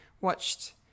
watched